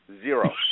Zero